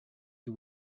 you